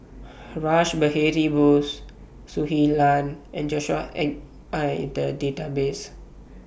Rash Behari Bose Shui Lan and Joshua Ip Are in The Database